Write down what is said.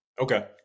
Okay